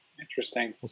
Interesting